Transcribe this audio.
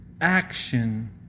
action